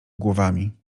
głowami